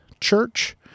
church